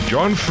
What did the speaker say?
John